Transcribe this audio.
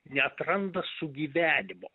neatranda sugyvenimo